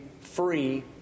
free